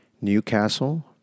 Newcastle